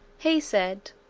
he said,